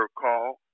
call